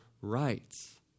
rights